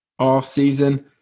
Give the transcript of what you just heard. offseason